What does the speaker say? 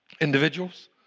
individuals